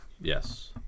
yes